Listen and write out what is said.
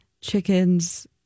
chickens